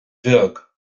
bheag